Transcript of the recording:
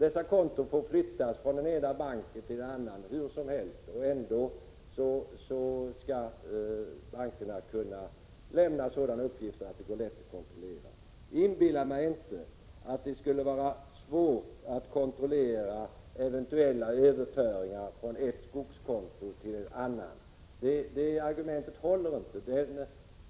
Dessa konton får flyttas från den ena banken till den andra, hur som helst, och ändå skall bankerna kunna lämna sådana uppgifter att det går lätt att kontrollera. Inbilla mig inte att det skulle vara svårt att kontrollera eventuella överföringar från ett skogskonto till ett annat. Det argumentet håller inte.